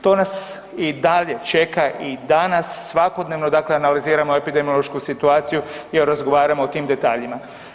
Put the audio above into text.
To nas i dalje čeka i danas, svakodnevno dakle analiziramo epidemiološku situaciju i razgovaramo o tim detaljima.